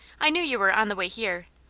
i knew you were on the way here,